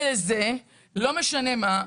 וזה לא משנה מה,